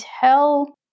tell